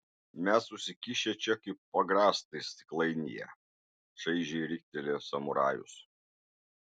mes susikišę čia kaip agrastai stiklainyje čaižiai riktelėjo samurajus